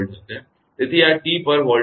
તેથી આ t પર વોલ્ટેજનું મૂલ્ય 6